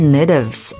Natives